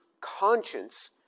conscience